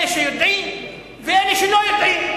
אלה שיודעים ואלה שלא יודעים.